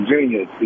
genius